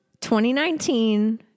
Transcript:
2019